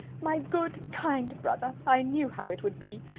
my good, kind brother! i knew how it would be.